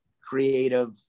creative